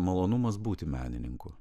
malonumas būti menininku